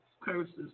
curses